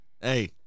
Hey